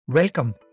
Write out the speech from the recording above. Welcome